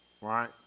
Right